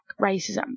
racism